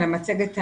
על המצגת המדהימה.